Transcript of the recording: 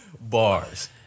Bars